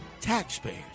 taxpayers